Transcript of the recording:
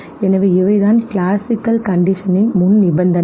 எனவே இவைதான் கிளாசிக்கல் கண்டிஷனின் முன்நிபந்தனைகள்